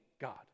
God